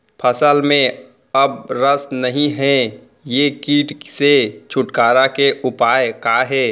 फसल में अब रस नही हे ये किट से छुटकारा के उपाय का हे?